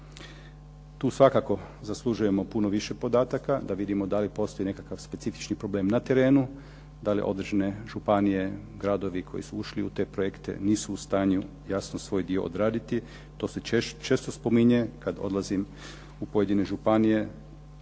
Tu svakako zaslužujemo puno više podataka, da vidimo da li postoji nekakav specifičan problem na terenu, da li određene županije, gradovi koji su ušli u te projekte nisu u stanju jasno svoj dio odraditi. To se često spominje kada odlazim u pojedine županije.